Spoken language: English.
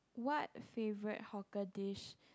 what favorite hawker dish